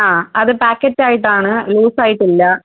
ആ അത് പായ്ക്കറ്റായിട്ടാണ് ലൂസായിട്ടില്ല